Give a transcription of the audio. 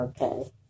okay